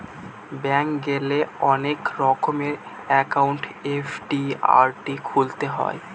bank গেলে অনেক রকমের একাউন্ট এফ.ডি, আর.ডি খোলা যায়